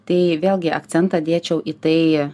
tai vėlgi akcentą dėčiau į tai